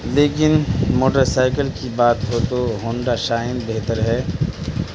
لیکن motorcycle کی بات ہو تو ہونڈا شائین بہتر ہے